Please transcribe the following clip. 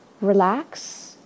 relax